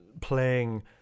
playing